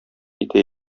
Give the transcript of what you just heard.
итә